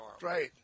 Right